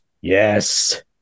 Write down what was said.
Yes